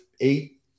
eight